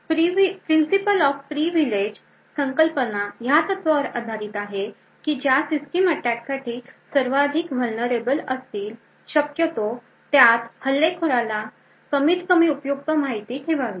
Principle of privileges संकल्पना ह्या तत्वावर आधारित आहे की ज्या सिस्टीम अटॅक साठी सर्वाधिक vulnerable असतील शक्यतो त्यात हल्लेखोराला साठी कमीत कमी उपयुक्त माहिती ठेवावी